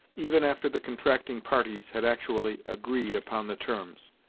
even after the contracting parties had actually agreed upon the terms.